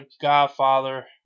Godfather